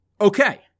okay